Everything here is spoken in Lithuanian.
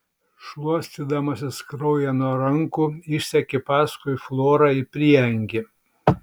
šluostydamasis kraują nuo rankų išsekė paskui florą į prieangį